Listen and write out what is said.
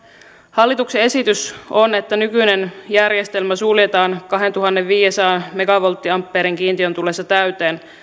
hallituksen esitys on että nykyinen järjestelmä suljetaan kahdentuhannenviidensadan megavolttiampeerin kiintiön tullessa täyteen